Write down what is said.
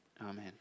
Amen